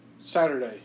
Saturday